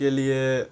کے لیے